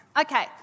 okay